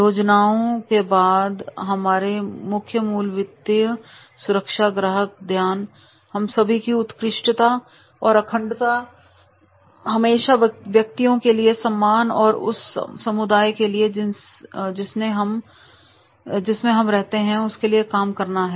योजनाओं के बाद हमारे मुख्य मूल्य वित्तीय सुरक्षा हैं ग्राहक ध्यान हम सभी में उत्कृष्टता अखंडता हमेशा व्यक्तियों के लिए सम्मान और उस समुदाय के लिए जिसने हम रहते हैं और काम करते हैं